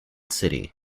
city